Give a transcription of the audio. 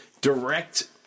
direct